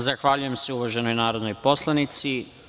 Zahvaljujem se uvaženoj narodnoj poslanici.